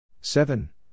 seven